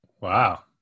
Wow